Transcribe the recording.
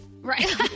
Right